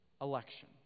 election